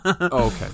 Okay